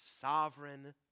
sovereign